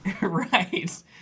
Right